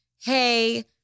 hey